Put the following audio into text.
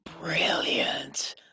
brilliant